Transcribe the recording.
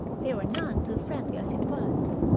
they were none too friendly as it was.